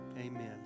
Amen